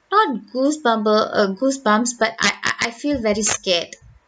not goosebump err err goosebumps but I I I feel very scared